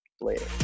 Later